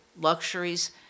luxuries